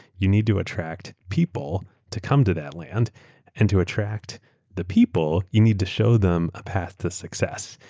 you need to attract people to come to that land and to attract the people, you need to show them a path to success,